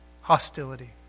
Hostility